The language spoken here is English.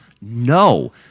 No